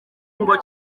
ngo